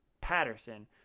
Patterson